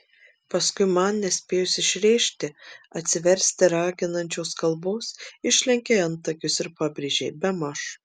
paskui man nespėjus išrėžti atsiversti raginančios kalbos išlenkei antakius ir pabrėžei bemaž